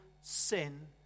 sin